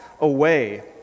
away